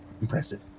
impressive